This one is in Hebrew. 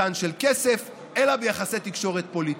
מתן של כסף אלא ביחסי תקשורת פוליטיקה.